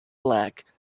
black